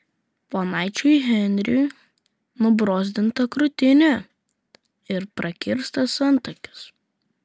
ponaičiui henriui nubrozdinta krūtinė ir prakirstas antakis